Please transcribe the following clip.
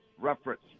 reference